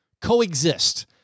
coexist